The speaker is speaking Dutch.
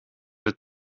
het